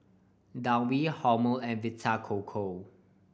Downy Hormel and Vita Coco